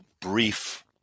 brief